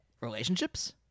relationships